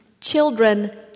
children